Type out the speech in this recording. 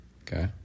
okay